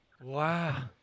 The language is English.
Wow